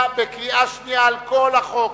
בקריאה שנייה על כל החוק.